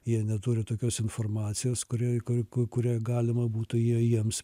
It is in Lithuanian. jie neturi tokios informacijos kurioj ku kurią galima būtų jie jiems